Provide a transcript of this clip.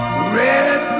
Red